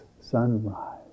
sunrise